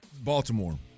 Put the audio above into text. Baltimore